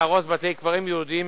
להרוס בתי-קברות יהודיים,